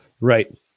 Right